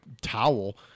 towel